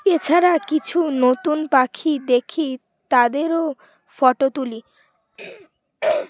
এছাড়া কিছু নতুন পাখি দেখি তাদেরও ফটো তুলি